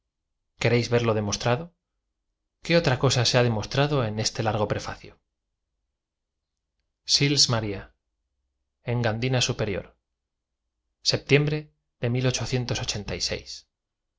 queréis verlo demostrado qué otra cosa se ha demostrado en este largo prefacio sils marla eogadina superior septiembre de